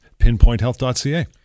pinpointhealth.ca